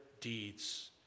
deeds